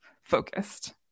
focused